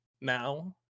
now